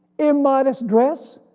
immodest dress,